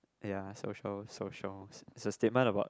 ya social social it's a statement about